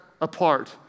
apart